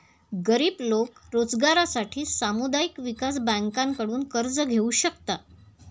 गरीब लोक रोजगारासाठी सामुदायिक विकास बँकांकडून कर्ज घेऊ शकतात